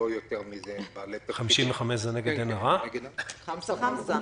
חמסה חמסה.